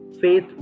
Faith